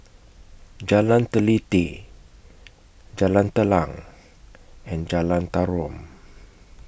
Jalan Teliti Jalan Telang and Jalan Tarum